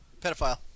Pedophile